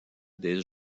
des